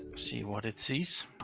see what it sees.